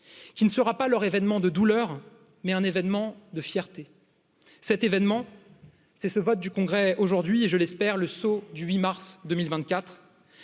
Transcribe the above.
qui ne sera pas leur événement de douleur mais un événement de fierté cet événement c'est ce vote du congrès aujourd'hui et je l'espère le saut du huit mars deux